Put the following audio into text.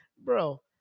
Bro